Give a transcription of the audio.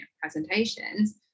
presentations